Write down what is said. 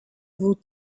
vous